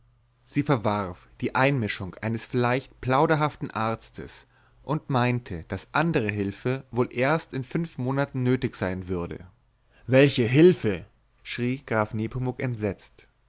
sie verwarf die einmischung eines vielleicht plauderhaften arztes und meinte daß andere hülfe wohl erst in fünf monaten nötig sein würde welche hülfe schrie graf nepomuk entsetzt